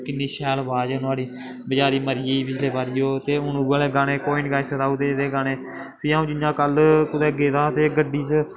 किन्नी शैल अवाज़ ऐ नोहाड़ी बचैरी मरी गेई पिछले बारी ओह् ते हून उ'ऐ लेह् गाने कोई निं गाई सकदा ओह्दे जेह् गाने फिर अ'ऊं जियां कल कुदै गेदा हा ते गड्डी च